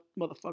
motherfucker